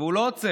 והוא לא עוצר: